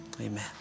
amen